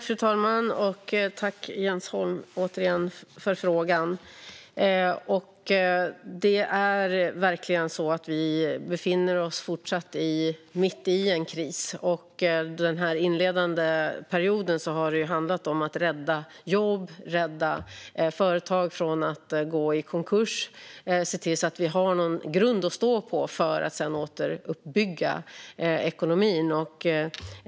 Fru talman! Tack återigen för frågan, Jens Holm! Vi befinner oss verkligen mitt i en kris fortfarande. Under den inledande perioden har det handlat om att rädda jobb och rädda företag från att gå i konkurs och om att se till att vi har en grund att stå på för att sedan återuppbygga ekonomin.